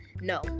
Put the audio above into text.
No